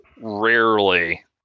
rarely